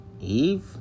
Eve